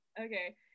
okay